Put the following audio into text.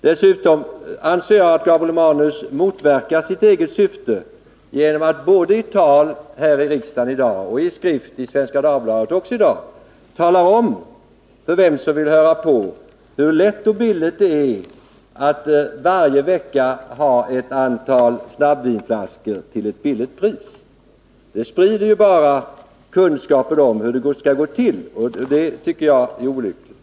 Dessutom anser jag att Gabriel Romanus motverkar sitt eget syfte genom att både i tal här i riksdagen i dag och i skrift i Svenska Dagbladet också i dag tala om för vem som vill höra på hur lätt och billigt det är att varje vecka få ett antal snabbvinsflaskor till billigt pris. Detta sprider bara kunskapen om hur hemtillverkningen går till, och det tycker jag är olyckligt.